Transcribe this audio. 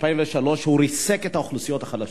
ב-2003 הוא ריסק את האוכלוסיות החלשות,